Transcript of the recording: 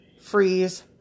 freeze